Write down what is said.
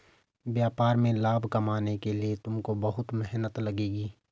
व्यापार में लाभ कमाने के लिए तुमको बहुत मेहनत लगेगी